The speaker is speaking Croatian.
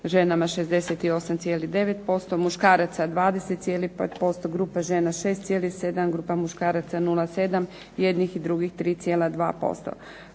ženama 68,9%, muškaraca 20,5%, grupe žena 6,7, grupa muškaraca 0,7, jednih i drugih 3,2%.